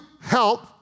help